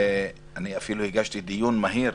אפילו הגשתי דיון מהיר